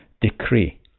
decree